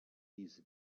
these